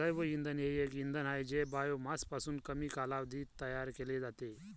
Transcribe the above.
जैवइंधन हे एक इंधन आहे जे बायोमासपासून कमी कालावधीत तयार केले जाते